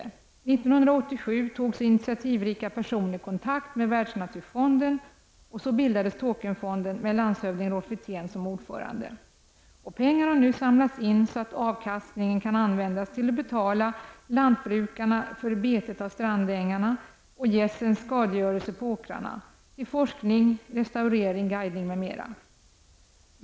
År 1987 tog initiativrika personer kontakt med Världsnaturfonden, och så bildades Tåkernfonden, med landshövding Rolf Wirtén som ordförande. Pengar har nu samlats in så att avkastningen kan användas till att betala lantbrukarna för betet av strandängarna och gässens skadegörelse på åkrarna, forskning, restaurering, guidning m.m.